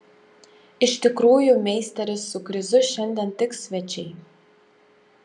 iš tikrųjų meisteris su krizu šiandien tik svečiai